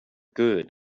good